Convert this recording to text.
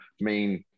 main